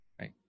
right